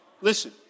listen